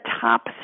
top